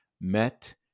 met